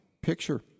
picture